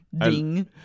Ding